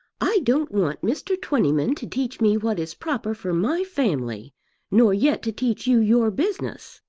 i don't want mr. twentyman to teach me what is proper for my family nor yet to teach you your business.